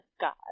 god